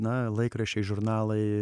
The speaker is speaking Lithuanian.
na laikraščiai žurnalai